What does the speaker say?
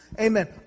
Amen